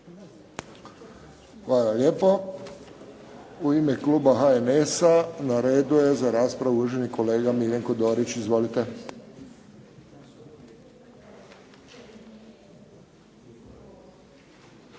Hvala lijepo. U ime kluba HNS-a na redu je za raspravu uvaženi kolega Miljenko Dorić. Izvolite.